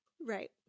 Right